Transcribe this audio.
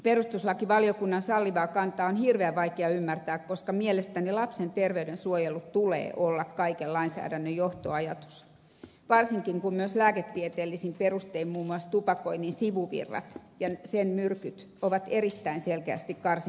perustuslakivaliokunnan sallivaa kantaa on hirveän vaikea ymmärtää koska mielestäni lapsen ter veyden suojelun tulee olla kaiken lainsäädännön johtoajatus varsinkin kun myös lääketieteellisin perustein muun muassa tupakoinnin todetut sivuvirrat ja sen myrkyt ovat erittäin selkeästi karsinogeenisia